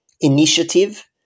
Initiative